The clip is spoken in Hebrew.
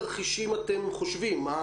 אני דרשתי יחד עם המינהל הפדגוגי